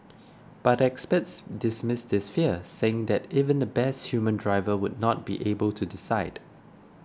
but experts dismiss this fear saying that even the best human driver would not be able to decide